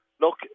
look